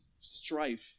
strife